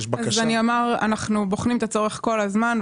אנחנו בוחנים את הצורך כל הזמן,